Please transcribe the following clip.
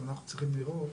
אבל אנחנו צריכים לראות